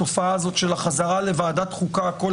התופעה הזאת של החזרה לוועדת חוקה, כל